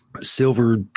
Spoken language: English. Silver